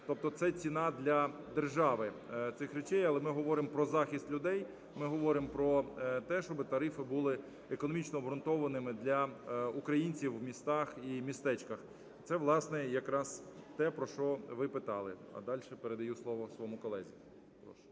Тобто це ціна для держави цих речей. Але ми говоримо про захист людей, ми говоримо про те, щоби тарифи були економічно обґрунтованими для українців в містах і містечках. Це, власне, про те, про що ви питали. А далі передаю слово своєму колезі.